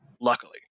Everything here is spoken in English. luckily